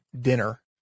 Dinner